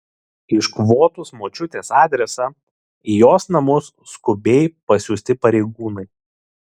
iškvotus močiutės adresą į jos namus skubiai pasiųsti pareigūnai